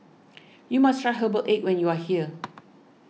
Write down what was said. you must try Herbal Egg when you are here